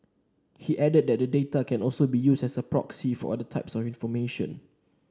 he added that the data can also be used as a proxy for other types of information